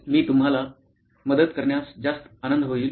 मी तुम्हाला मदत करण्यात जास्त आनंद होईल